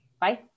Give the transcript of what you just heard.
bye